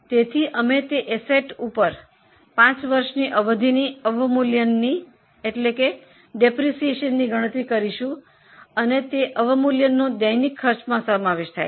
તેથી અમે તે સંપત્તિ પર 5 વર્ષ સુધી ઘસારાની ગણતરી કરીશું અને તે ઘસારાને રોજના ખર્ચમાં સામેલ કરીશું